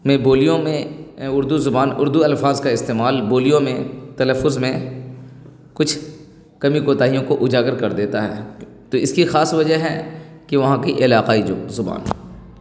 میں بولیوں میں اردو زبان اردو الفاظ کا استعمال بولیوں میں تلفظ میں کچھ کمی کوتاہیوں کو اجاگر کر دیتا ہے تو اس کی خاص وجہ ہے کہ وہاں کی علاقائی زبان